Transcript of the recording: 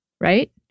right